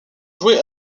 joué